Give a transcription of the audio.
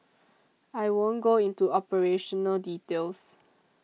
I won't go into operational details